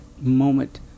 moment